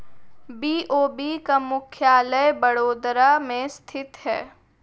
BOB का मुख्यालय बड़ोदरा में स्थित है